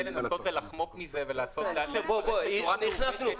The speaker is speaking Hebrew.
לחמוק מזה ולעשות --- בצורה מעוותת,